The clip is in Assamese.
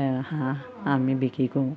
হাঁহ আমি বিক্ৰী কৰোঁ